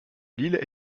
lille